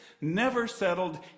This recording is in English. never-settled